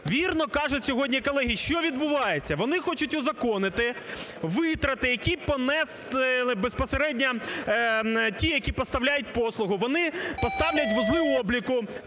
Вірно кажуть сьогодні колеги, що відбувається, вони хочуть узаконити витрати, які понесли безпосередньо ті, які поставляють послугу. Вони поставлять вузли-обліку